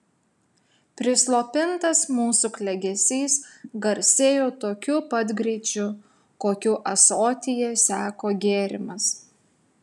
prislopintas mūsų klegesys garsėjo tokiu pat greičiu kokiu ąsotyje seko gėrimas